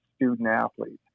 student-athletes